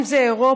אם זה אירופה,